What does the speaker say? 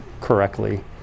correctly